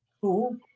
Cool